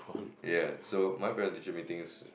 ya so my primary teaching meeting is